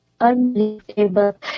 unbelievable